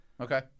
Okay